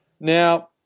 now